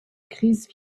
crise